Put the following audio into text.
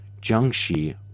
Jiangxi